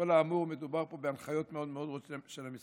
בכל האמור מדובר פה בהנחיות מאוד מאוד ברורות של המשרד.